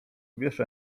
wiesz